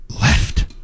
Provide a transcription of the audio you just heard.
left